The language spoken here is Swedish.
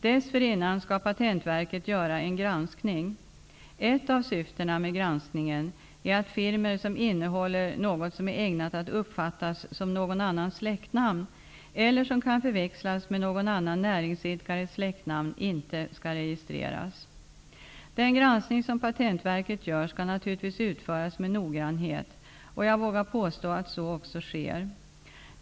Dessförinnan skall Patentverket göra en granskning. Ett av syftena med granskningen är att firmor som innehåller något som är ägnat att uppfattas som någon annans släktnamn eller som kan förväxlas med någon annan näringsidkares släktnamn inte skall registreras. Den granskning som Patentverket gör skall naturligtvis utföras med noggrannhet, och jag vågar påstå att så också sker.